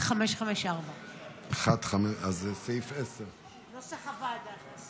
1554. אז סעיף 10. תעשה